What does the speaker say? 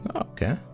Okay